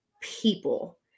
people